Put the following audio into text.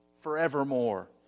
forevermore